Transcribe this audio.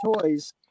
toys